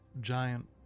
giant